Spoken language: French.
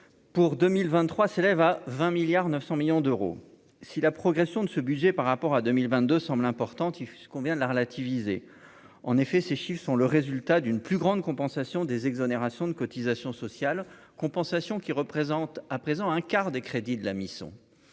pour 2023 s'élève à vingt milliards 900 millions d'euros si la progression de ce budget par rapport à 2022 semble importante, il fait ce qu'on vient de là, relativiser en effet ces chiffre sont le résultat d'une plus grande compensation des exonérations de cotisations sociales compensations qui représentent à présent un quart des crédits de la mission